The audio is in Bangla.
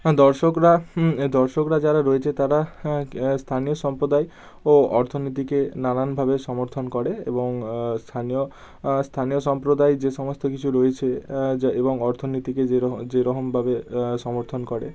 হ্যাঁ দর্শকরা এ দর্শকরা যারা রয়েছে তারা হ্যাঁ স্থানীয় সম্প্রদায় ও অর্থনীতিকে নানানভাবে সমর্থন করে এবং স্থানীয় স্থানীয় সম্প্রদায় যে সমস্ত কিছু রয়েছে যা এবং অর্থনীতিকে যেরকম যেরকমবাবে সমর্থন করে